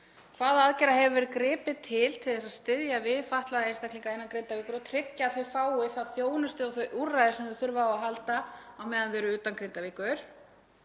Hvaða aðgerða hefur verið gripið til til þess að styðja við fatlaða einstaklinga innan Grindavíkur og tryggja að þau fái þá þjónustu og þau úrræði sem þau þurfa á að halda á meðan þau eru utan Grindavíkur?